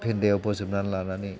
फेन्दायाव बज'बनानै लानानै